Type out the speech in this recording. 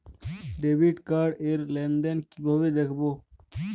Debit card র লেনদেন কিভাবে দেখবো?